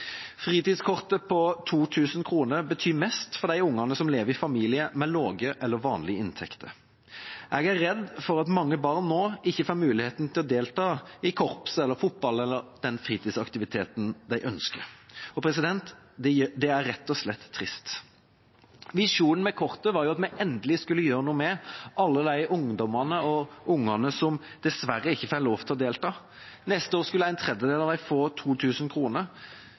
Fritidskortet på 2 000 kr betyr mest for de ungene som lever i familier med lave eller vanlige inntekter. Jeg er redd mange barn nå ikke får mulighet til å delta i korps eller på fotball eller den fritidsaktiviteten de ønsker. Det gjør meg trist. Visjonen med kortet var at vi endelig skulle gjøre noe med de ungdommene og ungene som dessverre ikke får lov til å delta. Neste år skulle en tredjedel av dem få